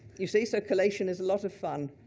you see, circulation is a lot of fun,